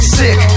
sick